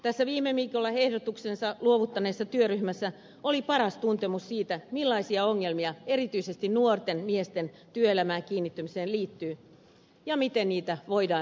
tässä viime viikolla ehdotuksensa luovuttaneessa työryhmässä oli paras tuntemus siitä millaisia ongelmia erityisesti nuorten miesten työelämään kiinnittymiseen liittyy ja miten niitä voidaan ratkaista